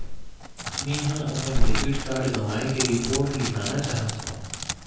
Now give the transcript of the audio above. मेंहा अपन debit card गवाए के रिपोर्ट लिखना चाहत हव